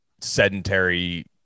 sedentary